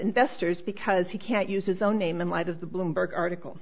investors because he can't use his own name in light of the bloomberg article